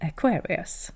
Aquarius